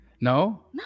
no